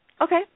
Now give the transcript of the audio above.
Okay